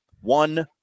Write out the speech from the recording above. one